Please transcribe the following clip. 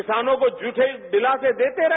किसानों को झूठे दिलासे देते रहे